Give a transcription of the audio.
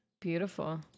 beautiful